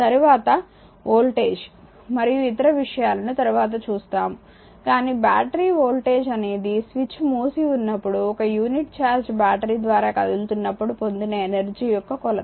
తరువాత వోల్టేజ్ మరియు ఇతర విషయాలను తరువాత చూస్తాము కానీ బ్యాటరీ వోల్టేజ్ అనేది స్విచ్ మూసి ఉన్నప్పుడు ఒక యూనిట్ ఛార్జ్ బ్యాటరీ ద్వారా కదులుతున్నప్పుడు పొందిన ఎనర్జీ యొక్క కొలత